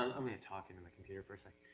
i'm gonna talk into my computer for a second.